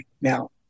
Now